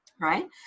Right